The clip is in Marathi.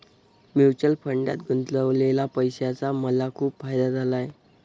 म्युच्युअल फंडात गुंतवलेल्या पैशाचा मला खूप फायदा झाला आहे